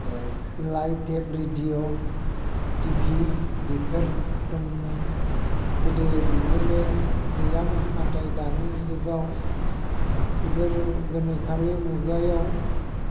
light radio T V बेफोर दंमोन गोदो बेफोरो गैयामोन नाथाय दानि जुगाव बेफोरो गोनोखोनि मुगायाव